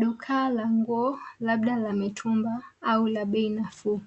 Duka la nguo labda la mitumba au la bei nafuu.